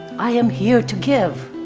i am here to give